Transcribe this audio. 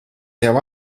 jau